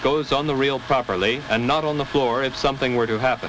it goes on the real properly and not on the floor if something were to ha